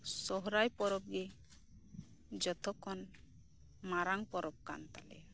ᱥᱚᱨᱦᱟᱭ ᱯᱚᱨᱚᱵᱽ ᱜᱮ ᱡᱚᱛᱚ ᱠᱷᱚᱱ ᱢᱟᱨᱟᱝ ᱯᱚᱨᱚᱵᱽ ᱠᱟᱱ ᱛᱟᱞᱮᱭᱟ